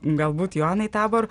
galbūt joanai tabor